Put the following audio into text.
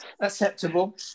acceptable